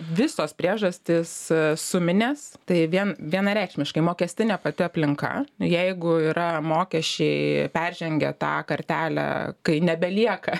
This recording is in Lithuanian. visos priežastys suminės tai vien vienareikšmiškai mokestinė pati aplinka nu jeigu yra mokesčiai peržengia tą kartelę kai nebelieka